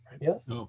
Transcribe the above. Yes